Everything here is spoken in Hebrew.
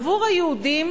עבור היהודים